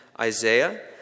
Isaiah